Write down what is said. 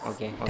Okay